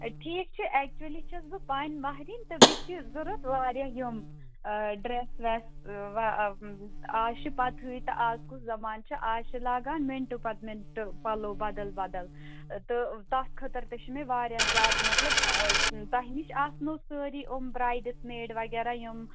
ٹھیٖک چھُ ایٚکچُؤلی چھَس بہٕ پانہٕ مَہرِنۍ تہٕ مےٚ چھِ ضروٗرت واریاہ یِم آ ڈرٛٮ۪س ویس اَز چھِ پَتہٕ ہٕے تہٕ اَز کُس زَمان چھُ اَز چھِ لاگان مِنٹہٕ پَتہٕ مِنٹہٕ پَلو بَدَل بَدَل تہٕ تَتھ خٲطرٕ تہِ چھِ مےٚ واریاہ زیادٕ مطلب تۄہہِ نِش آسنَو سٲرِی یِم برٛایِڈٕس مَیٛڈ وغیرہ یِم